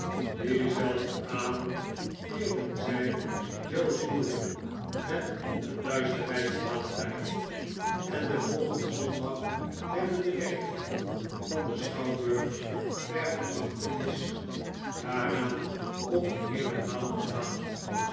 dienzelfden avond vierden zij joe's huwelijk met een luisterrijken maaltijd en den volgenden zondag werden de werklieden van den schouwburg ter gedachtenis daaraan op een heerlijk maal onthaald